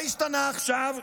מה השתנה עכשיו?